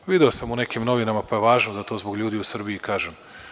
Video sam u nekim novinama pa je važno da to zbog ljudi u Srbiji kažem.